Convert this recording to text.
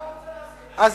אני מציע להסיר.